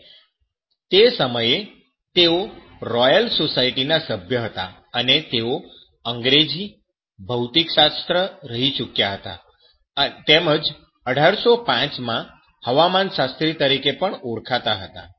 અને તે સમયે તેઓ રોયલ સોસાયટી ના સભ્ય હતા અને તેઓ અંગ્રેજી ભૌતિકશાસ્ત્રી રહી ચૂક્યા છે તેમજ 1805 માં હવામાનશાસ્ત્રી તરીકે પણ ઓળખાતા હતા